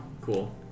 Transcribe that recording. cool